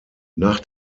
nach